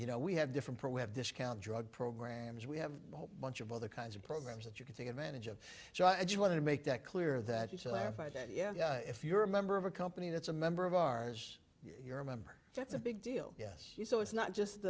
you know we have different for we have discount drug programs we have a whole bunch of other kinds of programs that you can take advantage of so i just wanted to make that clear that he said last night that yeah if you're a member of a company that's a member of ours you're a member that's a big deal yes so it's not just